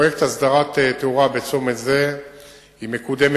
שפרויקט הצבת תאורה בצומת הכניסה לכפר נעורה תוכנן,